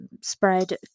spread